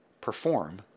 perform